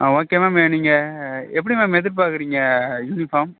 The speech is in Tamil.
ஆ ஓகே மேம் நீங்கள் எப்படி மேம் எதிர்பார்க்கறீங்க யூனிஃபார்ம்